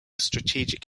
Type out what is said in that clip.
strategic